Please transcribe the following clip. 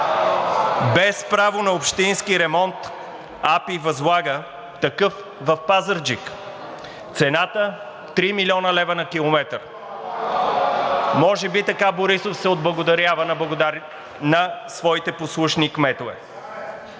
Без право на общински ремонт АПИ възлага такъв в Пазарджик, цената – 3 млн. лв. на километър. Може би така Борисов се отблагодарява на своите послушни кметове?